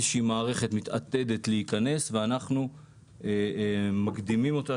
מערכת מתעתדת להיכנס ואנחנו מקדימים אותה,